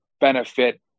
benefit